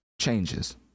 changes